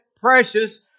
precious